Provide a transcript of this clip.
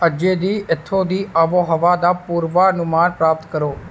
अज्जै दी इत्थूं दी आबोहवा दा पूर्वानुमान प्राप्त करो